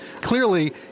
Clearly